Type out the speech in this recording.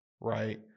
right